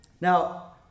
Now